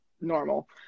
normal